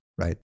right